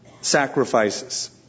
sacrifices